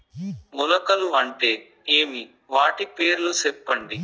మొలకలు అంటే ఏమి? వాటి పేర్లు సెప్పండి?